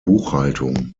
buchhaltung